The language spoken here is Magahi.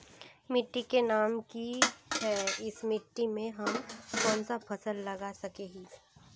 मिट्टी के नाम की है इस मिट्टी में हम कोन सा फसल लगा सके हिय?